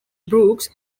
brooks